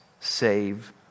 save